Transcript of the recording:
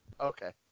Okay